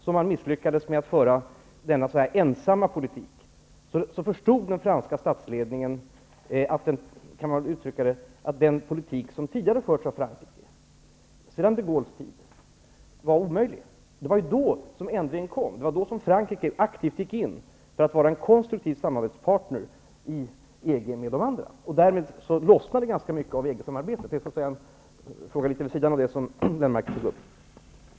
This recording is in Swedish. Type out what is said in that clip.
När man misslyckades med att föra denna så att säga ensamma politik förstod den franska statsledningen att den politik som tidigare förts av Frankrike, sedan de Gaulles tid, var omöjlig. Det var då ändringen kom. Det var då Frankrike aktivt gick in för att vara en konstruktiv samarbetspartner i EG med de andra. Därmed lossnade ganska mycket av Detta var litet vid sidan av vad Göran Lennmarker tog upp.